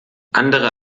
andere